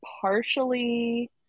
partially